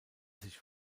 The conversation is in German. sich